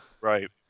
Right